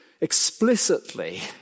explicitly